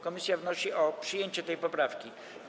Komisja wnosi o przyjęcie tej poprawki.